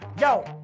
Yo